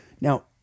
Now